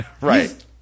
Right